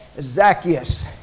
Zacchaeus